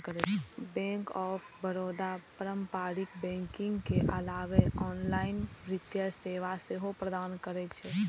bank of Baroda पारंपरिक banking के अलावे ऑनलाइन वित्तीय सेवा सेहो प्रदान करै छै